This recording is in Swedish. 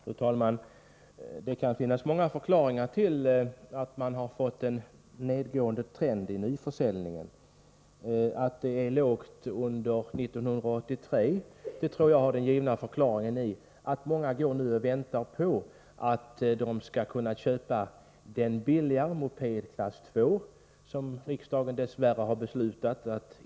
Fru talman! Det kan finnas många förklaringar till den nedåtgående trenden i fråga om försäljningen av nya mopeder. En given förklaring till de låga siffrorna för 1983 tror jag är att många går och väntar på att kunna köpa den billigare moped, av klass 2, som rikdagen — dess värre — beslutat om.